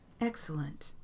Excellent